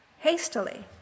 hastily